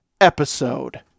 episode